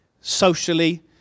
socially